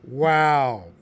Wow